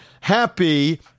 happy